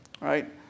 right